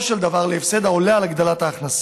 של דבר להפסד העולה על הגדלת ההכנסה.